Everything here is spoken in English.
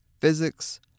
physics